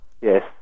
Yes